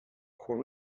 who